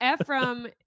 Ephraim